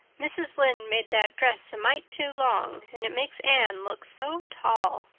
mrs. lynde made that dress a mite too long, and it makes anne look so tall.